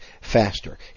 Faster